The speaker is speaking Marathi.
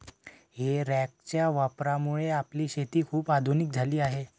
हे रॅकच्या वापरामुळे आपली शेती खूप आधुनिक झाली आहे